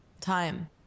time